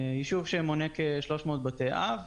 ישוב שמונה כ-300 בתי אב.